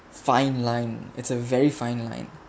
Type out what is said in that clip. fine line it's a very fine line